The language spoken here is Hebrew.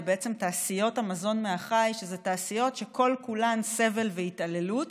ובעצם תעשיות המזון מהחי הן תעשיות שכל כולן סבל והתעללות.